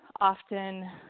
often